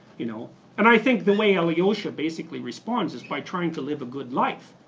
you know and i think the way ilyusha basically responds is by trying to live a good life.